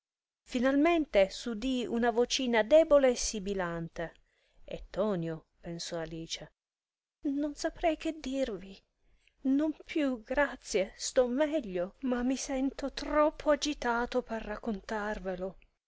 finalmente s'udì una vocina debole e sibilante è tonio pensò alice non saprei che dirvi non più grazie stò meglio ma mi sento troppo agitato per raccontarvelo tutto